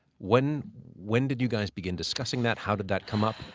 when when did you guys begin discussing that, how did that come up?